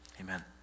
Amen